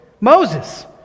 Moses